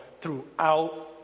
throughout